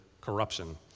corruption